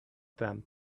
them